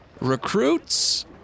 recruits